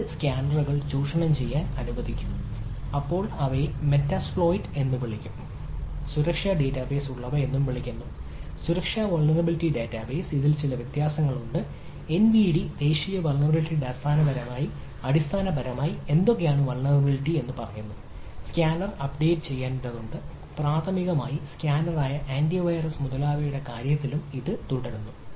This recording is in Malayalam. മറ്റ് സ്കാനറുകൾ ചൂഷണം ചെയ്യാൻ അനുവദിക്കും അപ്പോൾ അവയെ മെറ്റാസ്പ്ലോയിറ്റ് മുതലായവയുടെ കാര്യത്തിലും ഇത് തുടരുന്നു